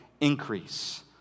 increase